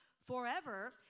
forever